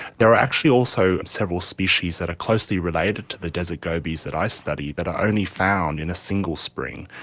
there are actually also several species that are closely related to the desert gobies that i study that are only found in a single spring.